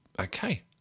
Okay